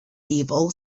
evil